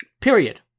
Period